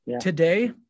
today